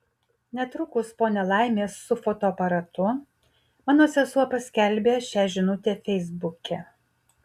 netrukus po nelaimės su fotoaparatu mano sesuo paskelbė šią žinutę feisbuke